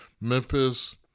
Memphis